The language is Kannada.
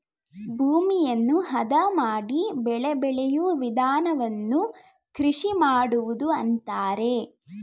ಭೂಮಿಯನ್ನು ಅದ ಮಾಡಿ ಬೆಳೆ ಬೆಳೆಯೂ ವಿಧಾನವನ್ನು ಕೃಷಿ ಮಾಡುವುದು ಅಂತರೆ